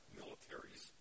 militaries